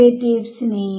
അവിടെ x ഉണ്ട്